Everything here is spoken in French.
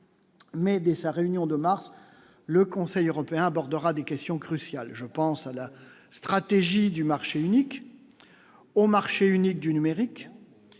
Mais dès sa réunion de mars. Le Conseil européen abordera des questions cruciales, je pense à la stratégie du marché unique au marché unique du numérique